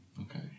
Okay